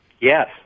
Yes